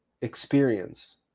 experience